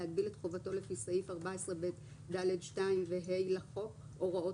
להגביל את חובתו לפי סעיף 14ב(ד)(2) ו-(ה) לחוק או הוראות